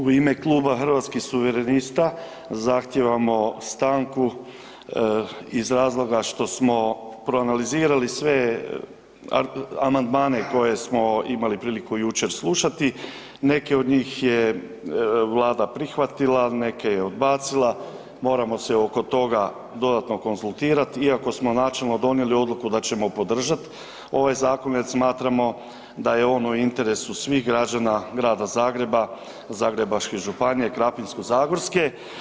U ime Kluba Hrvatskih suverenista zahtijevamo stanku iz razloga što smo proanalizirali sve amandmane koje smo imali priliku jučer slušati, neke od njih je Vlada prihvatila, neke je odbacila, moramo se oko toga dodatno konzultirati iako smo načelno donijeli odluku da ćemo podržati ovaj zakon jer smatramo da je on u interesu svih građana grada Zagreba, Zagrebačke županije, Krapinsko-zagorske.